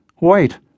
Wait